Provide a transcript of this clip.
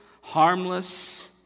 harmless